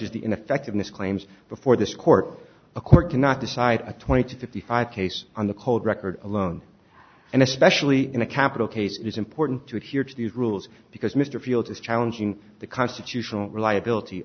as the ineffectiveness claims before this court a court cannot decide a twenty to fifty five case on the cold record alone and especially in a capital case is important to adhere to the rules because mr field is challenging the constitution reliability